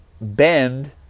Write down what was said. bend